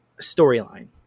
storyline